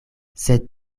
sed